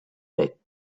peck